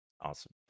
Awesome